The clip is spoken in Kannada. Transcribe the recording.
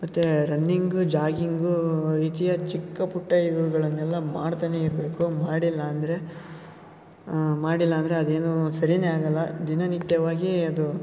ಮತ್ತು ರನ್ನಿಂಗು ಜಾಗಿಂಗು ರೀತಿಯ ಚಿಕ್ಕಪುಟ್ಟ ಇವುಗಳನ್ನೆಲ್ಲ ಮಾಡ್ತನೇ ಇರಬೇಕು ಮಾಡಿಲ್ಲ ಅಂದರೆ ಮಾಡಿಲ್ಲ ಅಂದರೆ ಅದೇನೋ ಸರಿಯೇ ಆಗೋಲ್ಲ ದಿನನಿತ್ಯವಾಗಿ ಅದು